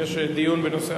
יש דיון בנושא,